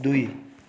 दुई